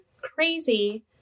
crazy